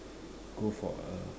go for a